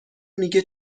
میگه